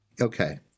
Okay